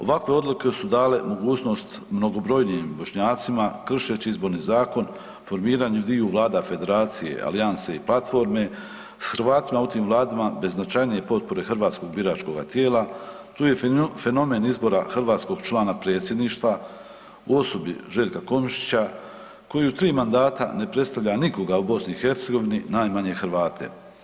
Ovakve odluke su dale mogućnost mnogobrojnijim Bošnjacima kršeći izborni zakon formiranju dviju vlada Federacije, Alijanse i platforme s Hrvatima u tim vladama bez značajnije potpore hrvatskog biračkoga tijela, tu je fenomen izbora hrvatskog člana predsjedništva u osobi Željka Komšića koji u tri mandata ne predstavlja nikoga u BiH, najmanje Hrvate.